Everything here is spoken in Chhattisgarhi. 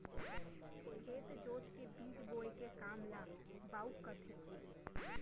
खेत जोत के बीज बोए के काम ल बाउक कथें